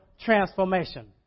transformation